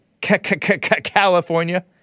California